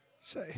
say